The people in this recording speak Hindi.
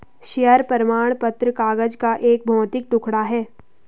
शेयर प्रमाण पत्र कागज का एक भौतिक टुकड़ा है